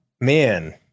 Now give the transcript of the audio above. man